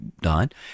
died